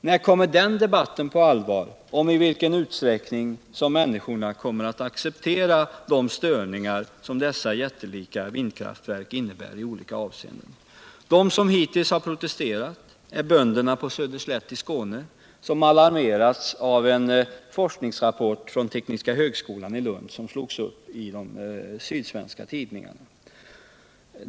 När kommer på allvar debatten om i vilken utsträckning människorna kommer att acceptera de störningar som dessa jättelika vindkraftverk innebär i olika avseenden? De som hittills har protesterat är bönderna på Söderslätt i Skåne, Energiforskning, vilka alarmerats av en forskningsrapport från Tekniska högskolan i Lund som slogs upp i de sydsvenska tidningarna.